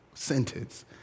sentence